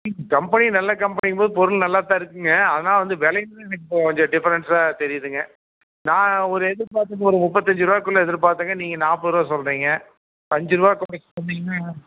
company நல்ல கம்பெனிங்கும்போது பொருள் நல்லாத்தான் இருக்கும்ங்க ஆனால் வந்து விலையும் இப்போது கொஞ்சம் டிஃபரன்ஸாக தெரியுதுங்க நான் ஒரு எதிர்பார்த்தது ஒரு முப்பத்தஞ்சு ரூவாக்குள்ள எதிர்பார்த்தேங்க நீங்கள் நாற்பதுருவா சொல்கிறிங்க அஞ்சுருவா கம்மி பண்ணீங்கன்னா